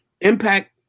impact